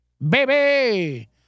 Baby